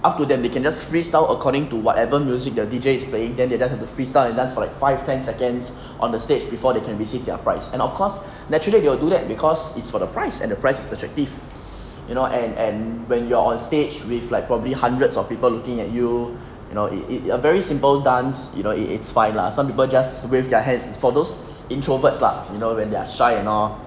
up to them then can just free style according to whatever music the D_J is playing then they just have to just freestyle and dance for like five ten seconds on the stage before they can receive their prize and of course naturally they'll do that because it's for the prize and the prize is attractive you know and and when you're on stage with like probably hundreds of people looking at you you know it it you a very simple dance you know it it's fine lah some people just wave their hands for those introverts lah you know when they're shy and all